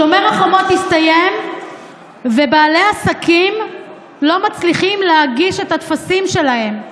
שומר החומות הסתיים ובעלי עסקים לא מצליחים להגיש את הטפסים שלהם,